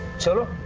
to